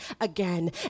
again